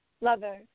Lover